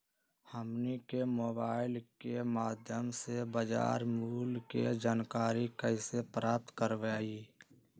हमनी के मोबाइल के माध्यम से बाजार मूल्य के जानकारी कैसे प्राप्त करवाई?